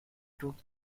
took